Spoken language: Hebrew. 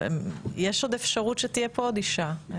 יש אפשרות שתהיה עוד אישה.